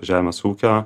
žemės ūkio